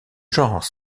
genre